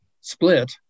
split